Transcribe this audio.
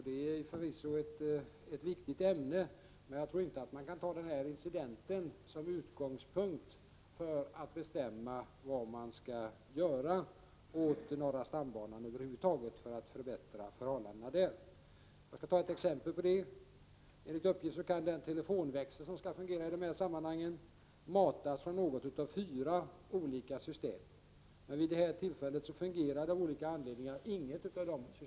Det är förvisso ett viktigt ämne, men jag tror inte att man kan ta den här incidenten som utgångspunkt för att bestämma vad man generellt skall göra för att förbättra förhållandena på norra stambanan. Jag skall ge ett exempel på vad jag menar. Enligt uppgift kan den telefonväxel som skall fungera i dessa sammanhang matas från något av fyra olika system, men vid det här tillfället fungerade av olika anledningar inget av dessa.